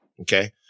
okay